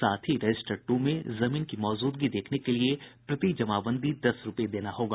साथ ही रजिस्टर ट् में जमीन की मौजूदगी देखने के लिये प्रति जमाबंदी दस रूपये देना होगा